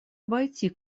обойти